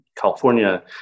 California